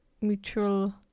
mutual